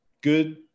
good